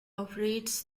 operates